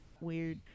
weird